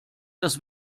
das